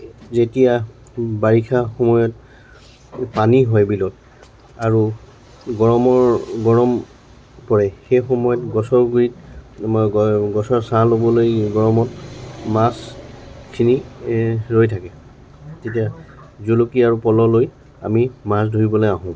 যেতিয়া বাৰিষা সময়ত পানী হয় বিলত আৰু গৰমৰ গৰম পৰে সেই সময়ত গছৰ গুৰিত গছৰ ছাঁ ল'বলৈ গৰমত মাছখিনি ৰৈ থাকে তেতিয়া জুলুকি আৰু পল'লৈ আমি মাছ ধৰিবলৈ আহোঁ